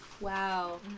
Wow